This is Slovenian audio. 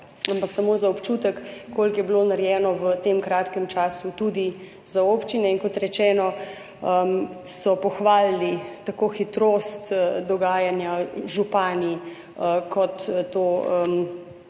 ampak samo za občutek, koliko je bilo narejeno v tem kratkem času tudi za občine. In kot rečeno, župani so pohvalili tako hitrost dogajanja kot tudi